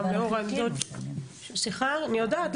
גם לאור --- אני יודעת,